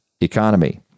economy